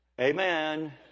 amen